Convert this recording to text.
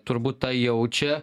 turbūt tą jaučia